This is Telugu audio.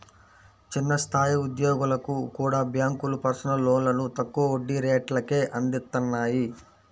చిన్న స్థాయి ఉద్యోగులకు కూడా బ్యేంకులు పర్సనల్ లోన్లను తక్కువ వడ్డీ రేట్లకే అందిత్తన్నాయి